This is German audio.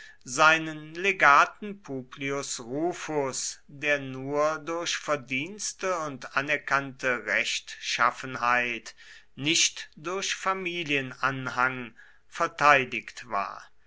seinen legaten publius rufus der nur durch verdienste und anerkannte rechtschaffenheit nicht durch familienanhang verteidigt war